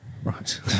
Right